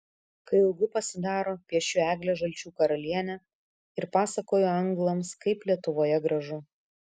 kai ilgu pasidaro piešiu eglę žalčių karalienę ir pasakoju anglams kaip lietuvoje gražu